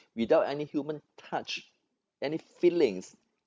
without any human touch any feelings